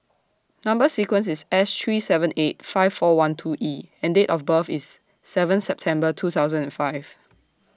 Number sequence IS S three seven eight five four one two E and Date of birth IS seven September two thousand and five